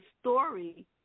story